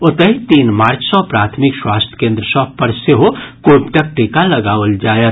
ओतहि तीन मार्च सँ प्राथमिक स्वास्थ्य केन्द्र सभ पर सेहो कोविडक टीका लगाओल जायत